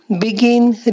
begin